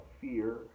fear